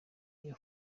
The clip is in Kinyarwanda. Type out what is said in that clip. iyo